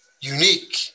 unique